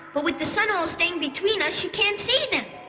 but with the sun always staying between us, you can't see them.